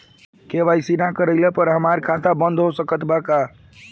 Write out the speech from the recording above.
KYC ना करवाइला पर हमार खाता बंद हो सकत बा का?